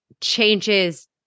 Changes